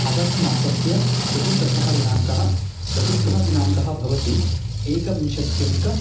अगष्ट् मासस्य चतुर्दशः दिनाङ्कः चतुर्थः दिनाङ्कः भवति एकविंशत्यधिक